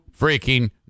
freaking